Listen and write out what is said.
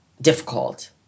difficult